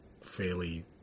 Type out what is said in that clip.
fairly